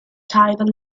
tidal